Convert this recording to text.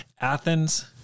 Athens